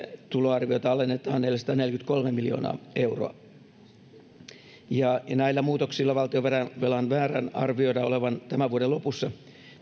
tuloarvioita alennetaan neljäsataaneljäkymmentäkolme miljoonaa euroa näillä muutoksilla valtionvelan määrän arvioidaan olevan tämän vuoden lopussa